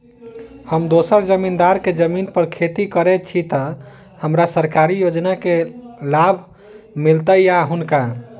हम दोसर जमींदार केँ जमीन पर खेती करै छी तऽ की हमरा सरकारी योजना केँ लाभ मीलतय या हुनका?